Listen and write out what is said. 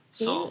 so